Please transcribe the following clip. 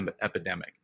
epidemic